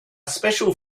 special